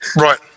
right